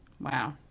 Wow